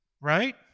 right